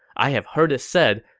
i have heard it said,